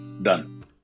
done